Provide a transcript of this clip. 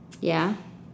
ya